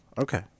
Okay